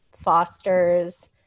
fosters